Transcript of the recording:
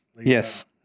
yes